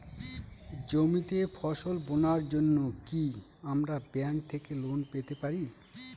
জমিতে ফসল বোনার জন্য কি আমরা ব্যঙ্ক থেকে লোন পেতে পারি?